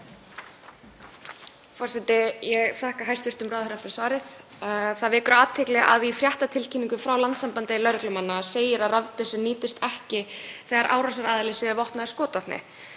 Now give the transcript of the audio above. Forseti. Ég þakka hæstv. ráðherra fyrir svarið. Það vekur athygli að í fréttatilkynningu frá Landssambandi lögreglumanna segir að rafbyssur nýtist ekki þegar árásaraðilar séu vopnaðir skotvopni.